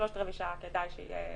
שלושת רבעי שעה כדאי שיהיה.